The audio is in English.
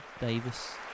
Davis